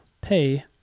pay